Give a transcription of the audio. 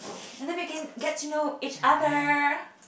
and then we can get to know each other